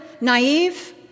naive